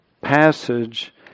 passage